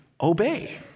obey